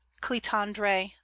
clitandre